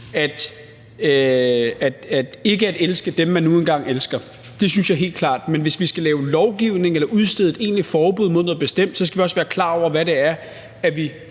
at elske dem, de nu engang elsker. Det synes jeg helt klart, men hvis vi skal lave lovgivning eller udstede et egentligt forbud mod noget bestemt, skal vi også være klar over, hvad det er, vi